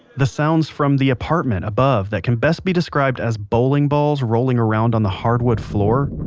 the sounds from the apartment above that can best be described as bowling balls rolling around on the hardwood floor